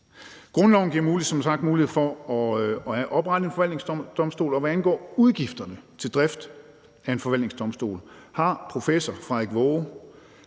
Grundloven giver som sagt mulighed for at oprette en forvaltningsdomstol, og hvad angår udgifterne til drift af en forvaltningsdomstol, har professor Frederik Waage,